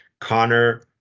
Connor